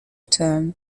term